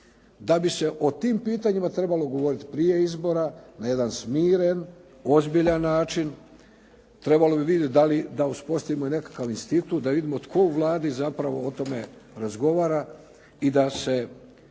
da bi se o tim pitanjima trebalo govoriti prije izbora na jedan smiren, ozbiljan način, trebalo bi vidjeti da uspostavimo nekakav institut da vidimo tko Vladi zapravo o tome razgovara i da se